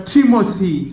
Timothy